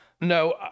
No